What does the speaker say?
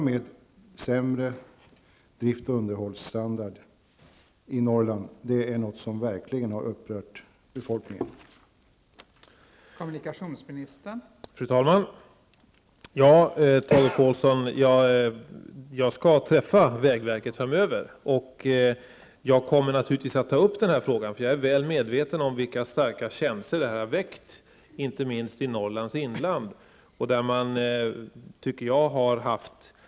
Den sämre drifts och underhållsstandarden i Norrland är något som verkligen har upprört befolkningen där.